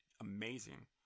amazing